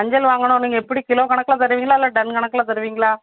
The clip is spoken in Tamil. மஞ்சள் வாங்கணும் நீங்கள் எப்படி கிலோ கணக்கில் தருவீங்களா இல்லை டன் கணக்கில் தருவீங்களா